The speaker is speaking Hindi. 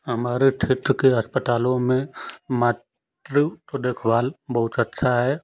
हमारे क्षेत्र के अस्पतालों में मात्रवत्व देखभाल बहुत अच्छा है